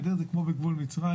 גדר זה כמו בגבול מצרים.